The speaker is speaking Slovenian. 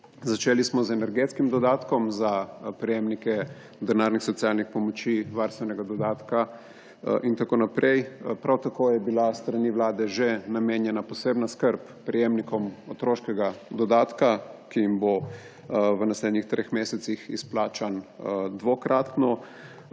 Začeli smo z energetskim dodatkom za prejemnike denarnih socialnih pomoči, varstvenega dodatka in tako naprej. Prav tako je bila s strani vlade že namenjena posebna skrb prejemnikom otroškega dodatka, ki jim bo v naslednjih treh mesecih izplačan dvakratno.